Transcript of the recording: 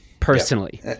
personally